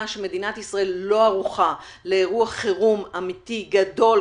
שמדינת ישראל לא ערוכה לאירוע חירום אמיתי גדול.